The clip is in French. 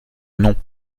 non